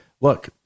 look